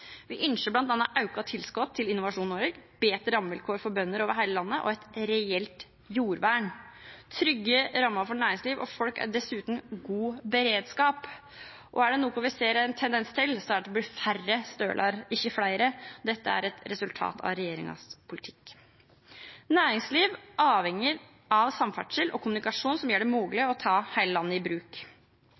Vi ønsker bl.a. økt tilskudd til Innovasjon Norge, bedre rammevilkår for bønder over hele landet og et reelt jordvern. Trygge rammer for næringsliv og folk er dessuten god beredskap. Og er det noe vi ser en tendens til, er det at det blir færre støler, ikke flere. Dette er et resultat av regjeringens politikk. Næringsliv er avhengig av samferdsel og kommunikasjon som gjør det mulig å ta hele landet i bruk.